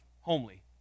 homely